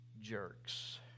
jerks